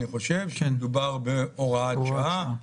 שמדובר בהוראת שעה.